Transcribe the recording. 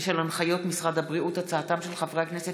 בשל הנחיות משרד הבריאות, בהצעתם של חברי הכנסת